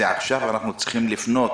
עכשיו הוועדה צריכה לפנות